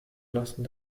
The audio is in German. lasten